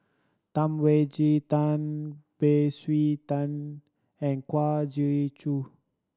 Tam Wai Jia Tan Beng Swee Tan and Kwa Geok Choo